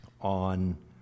on